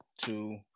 two